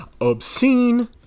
obscene